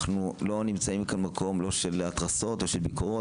אנחנו לא נמצאים כמקום לא של התרסות ולא של ביקורות.